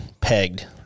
pegged